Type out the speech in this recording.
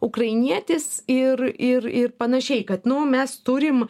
ukrainietis ir ir ir panašiai kad nu mes turim